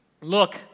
Look